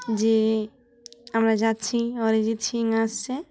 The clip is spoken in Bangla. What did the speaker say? যে আমরা যাচ্ছি অরিজিৎ সিং আসছে